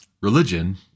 religion